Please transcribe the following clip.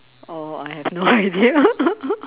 oh I have no idea